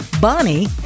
Bonnie